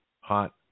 Hot